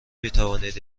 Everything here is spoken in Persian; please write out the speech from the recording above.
میتوانید